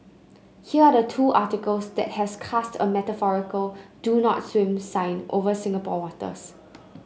here are the two articles that has cast a metaphorical do not swim sign over Singapore waters